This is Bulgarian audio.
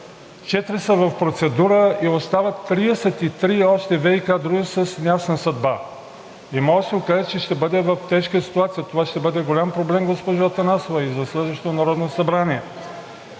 4 са в процедура и остават още 33 ВиК дружества с неясна съдба, и може да се окаже, че ще бъдем в тежка ситуация. Това ще бъде голям проблем, госпожо Атанасова, и за следващото Народно събрание.